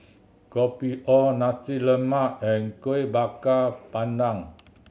Kopi O Nasi Lemak and Kuih Bakar Pandan